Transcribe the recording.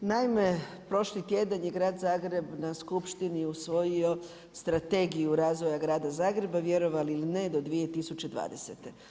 Naime, prošli tjedan je grad Zagreb na skupštini usvojio Strategiju razvoja grada Zagreba, vjerovali ili ne do 2020.